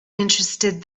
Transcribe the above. interested